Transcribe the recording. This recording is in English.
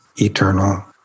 eternal